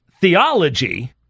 theology